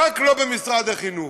רק לא במשרד החינוך?